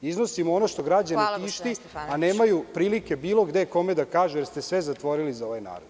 Iznosimo ono što građane tišti, a nemaju prilike bilo gde kome da kažu, jer ste sve zatvorili za ovaj narod.